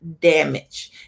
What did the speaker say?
Damage